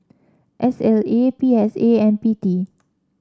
S L A P S A and P T